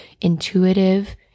intuitive